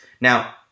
now